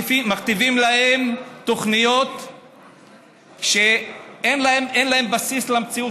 מכתיבים להם תוכניות שאין להן בסיס במציאות,